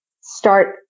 start